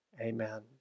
amen